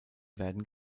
werden